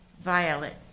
Violet